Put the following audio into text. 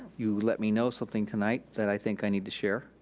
you let me know something tonight, that i think i need to share.